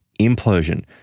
implosion